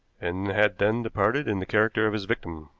and had then departed in the character of his victim,